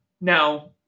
now